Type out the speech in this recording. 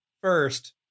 first